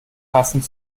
passend